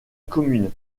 commune